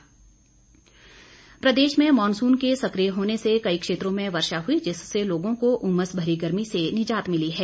मौसम प्रदेश में मॉनसून के सकिय होने से कई क्षेत्रों में वर्षा हुई जिससे लोगों को उमस भरी गर्मी से निजात मिली है